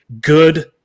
good